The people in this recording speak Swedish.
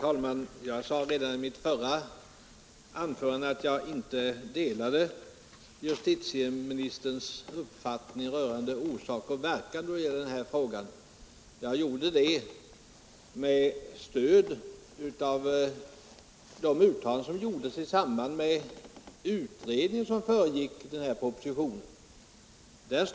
Herr talman! Jag sade i mitt förra anförande att jag i denna fråga inte delade justitieministerns uppfattning rörande orsak och verkan, och jag gjorde det med stöd av de uttalanden som finns i direktiven till den utredning som föregick propositionen.